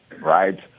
right